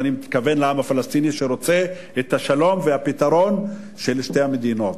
ואני מתכוון לעם הפלסטיני שרוצה את השלום ואת הפתרון של שתי מדינות.